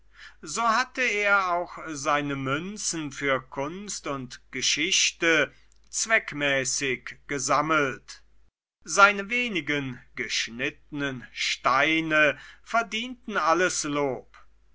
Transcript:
so hatte er auch seine münzen für kunst und geschichte zweckmäßig gesammelt seine wenigen geschnittenen steine verdienten alles lob